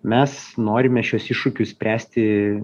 mes norime šiuos iššūkius spręsti